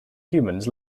humans